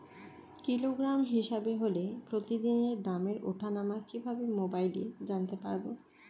Kilogram হিসাবে হলে প্রতিদিনের দামের ওঠানামা কিভাবে মোবাইলে জানতে পারবো?